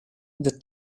the